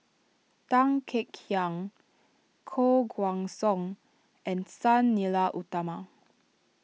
Tan Kek Hiang Koh Guan Song and Sang Nila Utama